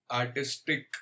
artistic